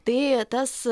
tai tas